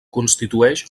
constitueix